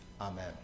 Amen